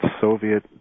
Soviet